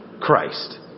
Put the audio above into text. Christ